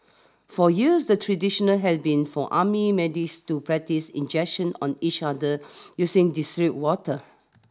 for years the tradition had been for army medics to practise injections on each other using distilled water